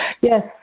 yes